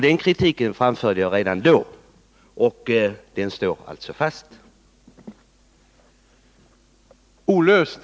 Den kritiken framförde jag redan då, och den står alltså fast.